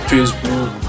Facebook